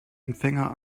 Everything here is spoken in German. empfänger